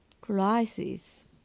crisis